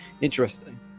interesting